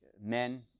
men